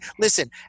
listen